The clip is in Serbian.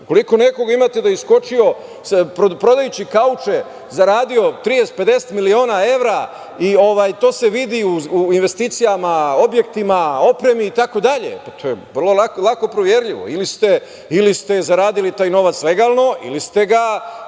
ukoliko nekog imate da je iskočio prodajući kauče, zaradio 30, 50 miliona evra, to se vidi u investicijama, objektima, opremi itd, to je vrlo lako proverljivo. Ili ste zaradili taj novac legalno, ili ste ga